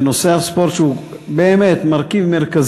אני אומר לך שנושא הספורט, שהוא באמת מרכיב מרכזי